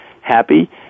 happy